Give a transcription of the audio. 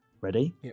Ready